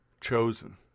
chosen